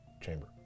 chamber